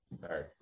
Sorry